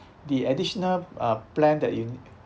the additional uh plan that you